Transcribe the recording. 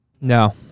No